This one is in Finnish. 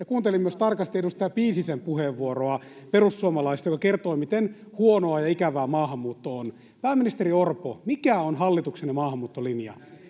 perussuomalaisista edustaja Piisisen puheenvuoroa, joka kertoi, miten huonoa ja ikävää maahanmuutto on. Pääministeri Orpo, mikä on hallituksenne maahanmuuttolinja?